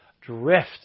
drift